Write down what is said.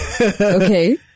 Okay